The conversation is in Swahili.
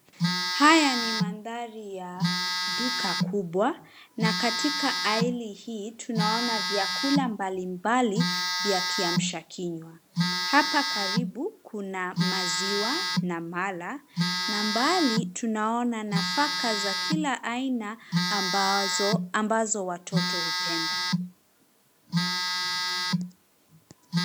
Haya ni mandhari ya duka kubwa na katika aisle hii tunaona vyakula mbali mbali vya kiamsha kinywa. Hapa karibu kuna maziwa na mala na mbali tunaona nafaka za kila aina ambazo watoto hupenda.